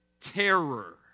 terror